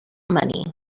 money